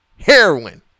heroin